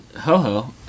Ho-Ho